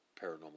paranormal